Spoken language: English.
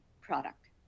product